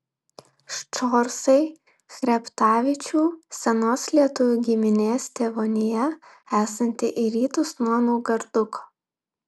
ščorsai chreptavičių senos lietuvių giminės tėvonija esanti į rytus nuo naugarduko